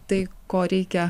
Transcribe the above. tai ko reikia